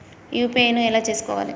UPI ను ఎలా చేస్కోవాలి?